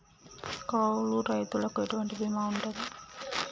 కౌలు రైతులకు ఎటువంటి బీమా ఉంటది?